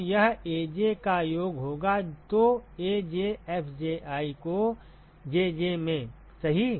तो यह AJ का योग होगा तो AjFJi को Jj में सही